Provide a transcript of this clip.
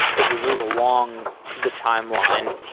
as we move along the timeline,